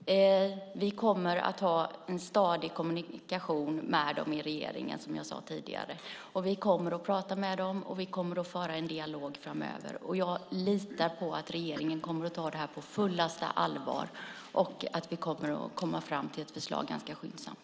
Fru talman! Vi kommer att ha en stadig kommunikation med regeringen, som jag sade tidigare. Vi kommer att tala med den och föra en dialog framöver. Jag litar på att regeringen kommer att ta detta på fullaste allvar och att vi kommer att komma fram till ett förslag ganska skyndsamt.